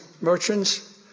merchants